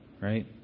Right